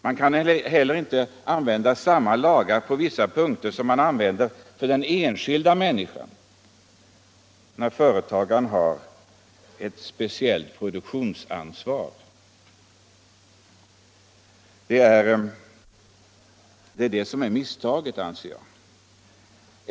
Man kan på vissa punkter inte heller använda samma lagar som tillämpas för den enskilda människan, eftersom företagaren har ett speciellt produktionsansvar. Fe let är att så ändå sker.